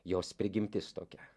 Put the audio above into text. jos prigimtis tokia